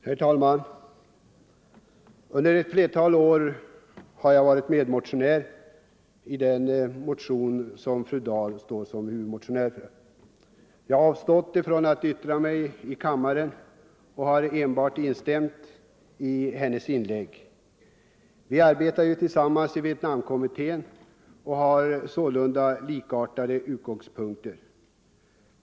Herr talman! Under ett flertal år har jag varit medmotionär i den motion som fru Dahl står för som huvudmotionär. Jag har tidigare avstått från att yttra mig i kammaren och nöjt mig med att instämma i fru Dahls inlägg. Vi arbetar ju tillsammans i Vietnamkommitten och har sålunda likartade synpunkter.